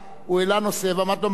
ואמרתי לו: מחר יהיה שר התחבורה,